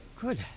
Good